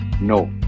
No